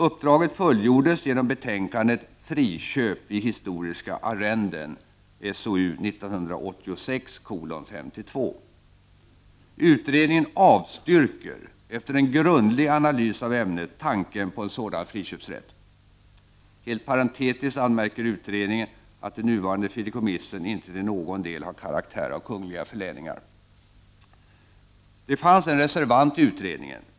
Uppdraget fullgjordes genom betänkandet Friköp vid historiska arrenden . Utredningen avstyrker efter en grundlig analys av ämnet tanken på en sådan friköpsrätt. Helt parentetiskt anmärker utredningen att nuvarande fideikommiss inte till någon del har karaktär av kungliga förläningar. Det fanns en reservant i utredningen.